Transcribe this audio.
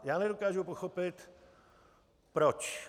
Já nedokážu pochopit proč.